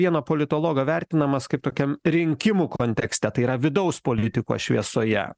vieno politologo vertinamas kaip tokiam rinkimų kontekste tai yra vidaus politikos šviesoje